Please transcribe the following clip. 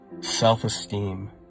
self-esteem